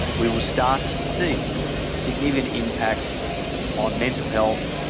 we will start to see significant impacts on mental health,